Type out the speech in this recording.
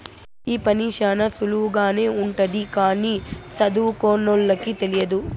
ఈ పని శ్యానా సులువుగానే ఉంటది కానీ సదువుకోనోళ్ళకి తెలియదు